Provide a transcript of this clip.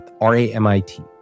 R-A-M-I-T